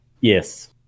Yes